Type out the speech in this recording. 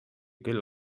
küll